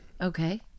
okay